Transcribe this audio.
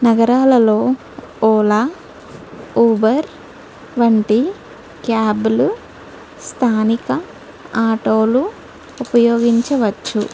నగరాలలో ఓలా ఊబర్ వంటి క్యాబులు స్థానిక ఆటోలు ఉపయోగించవచ్చు